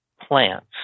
plants